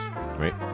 right